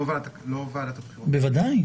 בוודאי.